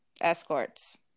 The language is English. escorts